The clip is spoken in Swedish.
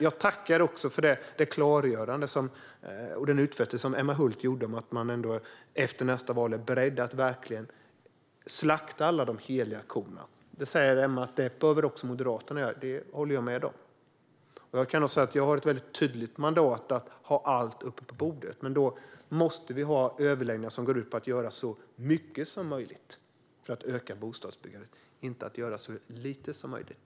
Jag tackar för det klargörande och den utfästelse som Emma Hult gjorde om att de efter nästa val är beredda att slakta de heliga korna. Det säger Emma att Moderaterna också behöver göra, och det håller jag med om. Jag har ett tydligt mandat att ha allt uppe på bordet, men då måste vi ha överläggningar som går ut på att göra så mycket som möjligt för att öka bostadsbyggandet, inte så lite som möjligt.